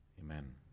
Amen